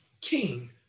king